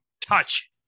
Touch